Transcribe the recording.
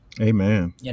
amen